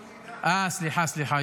אה, סליחה, סליחה.